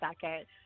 second